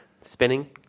spinning